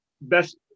best